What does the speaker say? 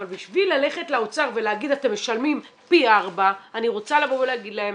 אבל בשביל ללכת לאוצר ולהגיד אתם משלמים פי 4 אני רוצה לבוא ולהגיד להם